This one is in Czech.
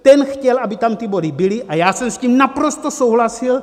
Ten chtěl, aby tam ty body byly, a já jsem s tím naprosto souhlasil!